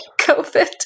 covid